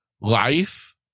life